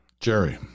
Jerry